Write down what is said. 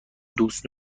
دوست